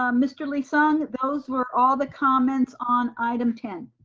um mr. lee-sung, those were all the comments on item ten.